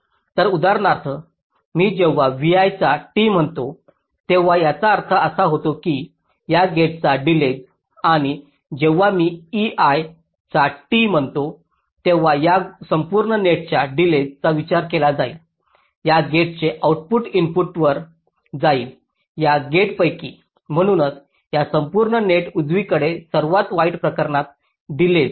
तर उदाहरणार्थ मी जेव्हा vi चा t म्हणतो तेव्हा याचा अर्थ असा होतो की या गेटचा डिलेज आणि जेव्हा मी ei चा t म्हणतो तेव्हा या संपूर्ण नेटच्या डिलेज चा विचार केला जाईल या गेटचे आऊटपुट इनपुटवर जाईल या गेट्सपैकी म्हणूनच या संपूर्ण नेट उजवीकडे सर्वात वाईट प्रकरणात डिलेज